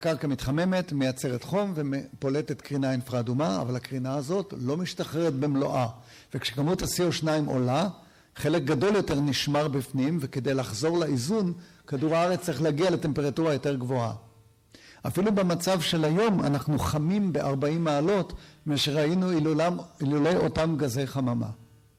קרקע מתחממת, מייצרת חום ופולטת קרינה אינפרה אדומה, אבל הקרינה הזאת לא משתחררת במלואה וכשכמות ה-CO2 עולה, חלק גדול יותר נשמר בפנים וכדי לחזור לאיזון, כדור הארץ צריך להגיע לטמפרטורה יותר גבוהה אפילו במצב של היום אנחנו חמים ב-40 מעלות מאשר היינו אילולא אותם גזי חממה